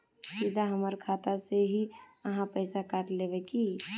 सीधा हमर खाता से ही आहाँ पैसा काट लेबे की?